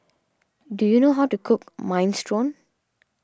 do you know how to cook Minestrone